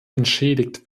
entschädigt